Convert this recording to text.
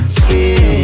skin